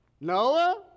Noah